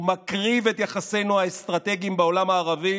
הוא מקריב את יחסינו האסטרטגיים בעולם הערבי